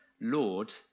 Lord